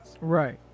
right